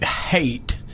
hate